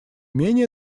менее